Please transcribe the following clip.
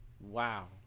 Wow